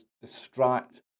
distract